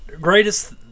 greatest